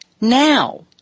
Now